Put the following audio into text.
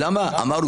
אמרנו,